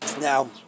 Now